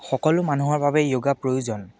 সকলো মানুহৰ বাবে যোগা প্ৰয়োজন